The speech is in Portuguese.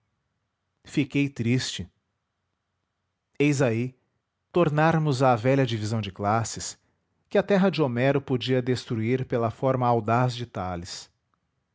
fiquei triste eis aí tornamos à velha divisão de classes que a terra de homero podia destruir pela forma audaz de talis